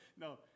No